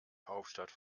hauptstadt